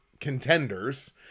contenders